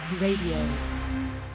Radio